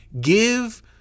Give